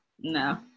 No